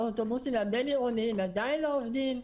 האוטובוסים הבין-עירוניים עדיין לא עובדים.